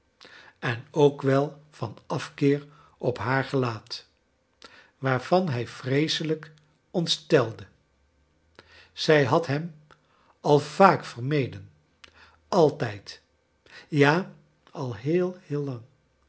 en ook wel charles dickens van afkeer op haar gelaat waarvan hij vreeselijk ontstelde zij had hem al vaak vermeden altijd ja al heel heel lang